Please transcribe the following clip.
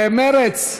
מרצ,